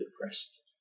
depressed